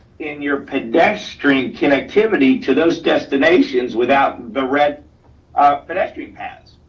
in your pedestrian connectivity to those destinations, without the red pedestrian paths.